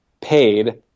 paid